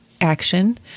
action